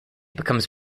becomes